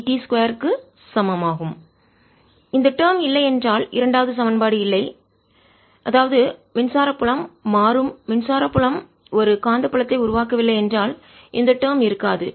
E 2E ∂t 00E∂t 002E2t இந்த term இல்லை என்றால் இரண்டாவது சமன்பாடு இல்லை என்றால் அதாவது மின்சார புலம் மாறும் மின்சார புலம் ஒரு காந்தப்புலத்தை உருவாக்கவில்லை என்றால் இந்த டேர்ம் இருக்காது